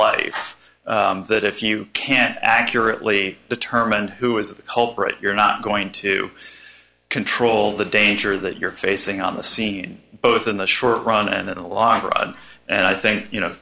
life that if you can't accurately determine who is the culprit you're not going to control the danger that you're facing on the scene both in the short run and in the long run and i think you know